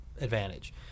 advantage